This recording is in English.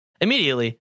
immediately